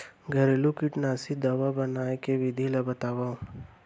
घरेलू कीटनाशी दवा बनाए के विधि ला बतावव?